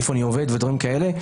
איפה אני עובד ודברים כאלה,